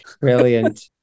Brilliant